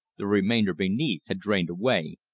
the remainder beneath had drained away,